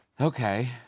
Okay